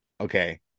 okay